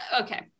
okay